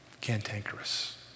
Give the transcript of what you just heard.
cantankerous